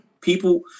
people